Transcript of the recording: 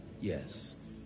yes